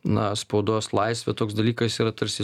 na spaudos laisvė toks dalykas yra tarsi